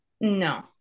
no